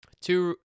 two